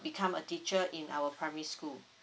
become a teacher in our primary school